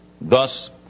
Thus